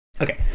Okay